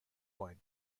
point